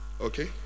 Okay